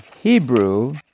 Hebrew